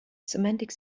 semantic